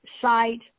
site